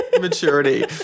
Maturity